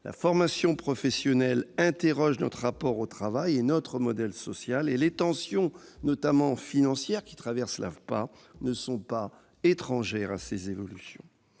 La formation professionnelle interroge notre rapport au travail et notre modèle social ; d'ailleurs, les tensions, notamment financières, qui traversent l'AFPA, ne sont pas étrangères à ces évolutions.